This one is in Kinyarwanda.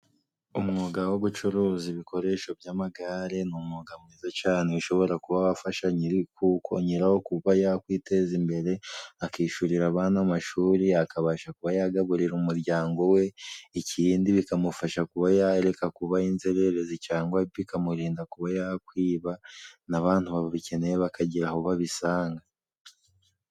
Umwuga wo gucuruza ibikoresho by'amagare ni umwuga mwiza cane ushobora kuba wafasha nyirawo kuba yakwiteza imbere akishurira abana amashuri akabasha kugaburira umuryango we ikindi bikamufasha kuba yareka kuba inzererezi cangwa bikamurinda kuba yakwiba abantu babikeneye bakagira aho babisanga.